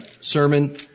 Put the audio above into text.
sermon